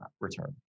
return